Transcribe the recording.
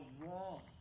wrong